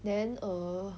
then err